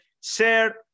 share